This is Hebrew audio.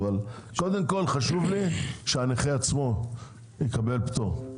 אבל קודם כל חשוב לי שהנכה עצמו יקבל פטור.